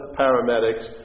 paramedics